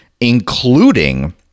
including